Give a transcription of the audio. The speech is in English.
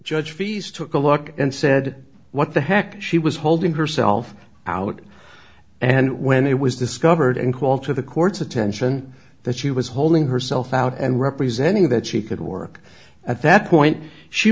judge fees took a look and said what the heck she was holding herself out and when it was discovered and while to the court's attention that she was holding herself out and representing that she could work at that point she